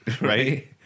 right